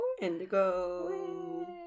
Indigo